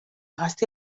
gazte